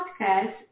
podcast